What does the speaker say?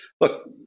Look